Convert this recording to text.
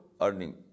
earning